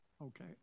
okay